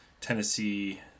Tennessee